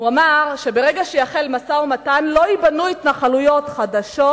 הוא אמר שברגע שיחל משא-ומתן לא ייבנו התנחלויות חדשות,